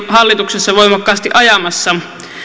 hallituksessa voimakkaasti ajamassa